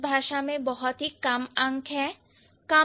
इस भाषा में बहुत ही कम अंक है न्यूमरल्स है